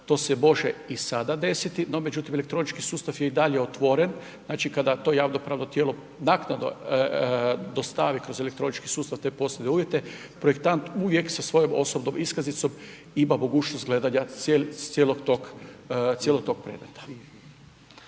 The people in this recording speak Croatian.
to se može i sada desiti, no međutim elektronički sustav je i dalje otvoren, znači kada to javno pravno tijelo naknadno dostavi kroz elektronički sustav te posebne uvjete projektant uvijek sa svojom osobnom iskaznicom ima mogućnost gledanja cijelog tog predmeta.